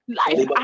life